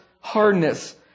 hardness